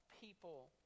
people